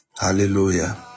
Hallelujah